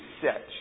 set